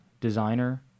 designer